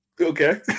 Okay